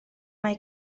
mae